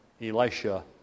Elisha